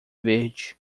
verde